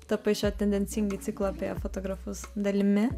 tapai šio tendencingai ciklo apie fotografus dalimi